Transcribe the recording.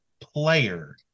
player